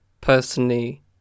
personally